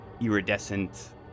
iridescent